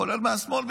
כולל מהשמאל,